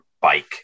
bike